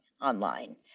online